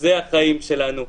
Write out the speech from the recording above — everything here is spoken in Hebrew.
זה החיים שלנו.